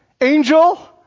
Angel